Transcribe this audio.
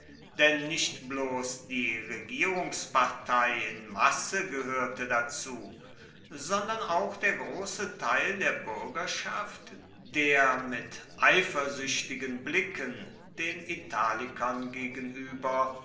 denn nicht bloß die regierungspartei in masse gehörte dazu sondern auch der große teil der bürgerschaft der mit eifersüchtigen blicken den italikern gegenüber